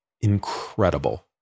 incredible